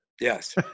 Yes